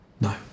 No